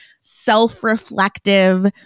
self-reflective